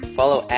follow